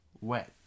wet